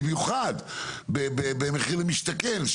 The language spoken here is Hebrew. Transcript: במיוחד במחיר למשתכן,